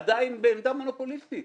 עדיין בעמדה מונופוליסטית.